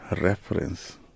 reference